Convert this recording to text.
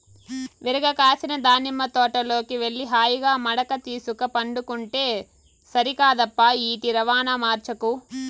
విరగ కాసిన దానిమ్మ తోటలోకి వెళ్లి హాయిగా మడక తీసుక పండుకుంటే సరికాదప్పా ఈటి రవాణా మార్చకు